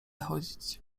chodzić